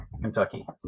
Kentucky